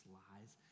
lies